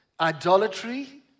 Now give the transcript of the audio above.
idolatry